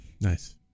Nice